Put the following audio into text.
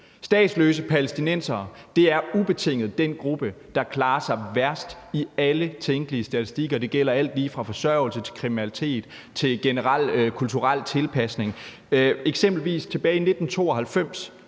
Statsløse palæstinensere er ubetinget den gruppe, der klarer sig dårligst i alle tænkelige statistikker. Det gælder alt lige fra forsørgelse til kriminalitet og generel kulturel tilpasning. Eksempelvis lavede man